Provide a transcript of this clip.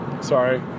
Sorry